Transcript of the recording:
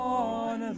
on